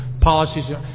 policies